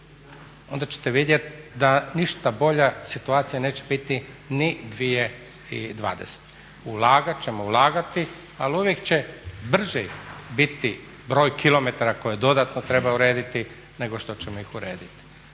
onda ćete vidjeti da ništa bolja situacija neće biti ni 2020. Ulagat ćemo, ulagati ali uvijek će brži biti broj kilometara koje dodatno treba urediti nego što ćemo ih urediti.